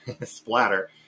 splatter